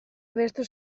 abestu